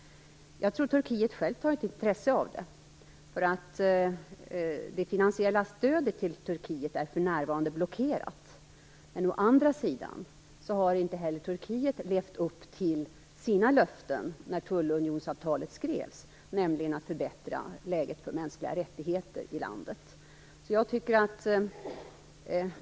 Jag tror att Turkiet självt har intresse av detta. Det finansiella stödet till Turkiet är för närvarande blockerat. Å andra sidan har inte heller Turkiet levt upp till sina löften när tullunionsavtalet upprättades, nämligen att man skulle förbättra läget för mänskliga rättigheter i landet.